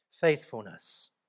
Faithfulness